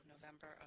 November